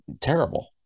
terrible